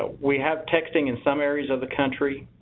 ah we have texting in some areas of the country.